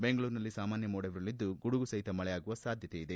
ಬೆಂಗಳೂರಿನಲ್ಲಿ ಸಾಮಾನ್ಯ ಮೋಡವಿರಲಿದ್ದು ಗುಡುಗು ಸಹಿತ ಮಳೆಯಾಗುವ ಸಾಧ್ಯತೆ ಇದೆ